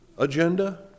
agenda